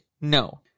No